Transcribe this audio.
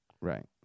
Right